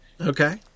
Okay